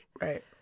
right